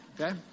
okay